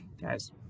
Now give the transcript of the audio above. guys